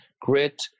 grit